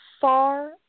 far